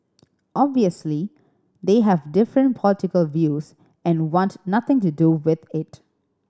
obviously they have different political views and want nothing to do with it